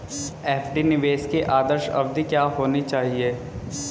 FD निवेश की आदर्श अवधि क्या होनी चाहिए?